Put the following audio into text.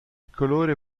colore